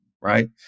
right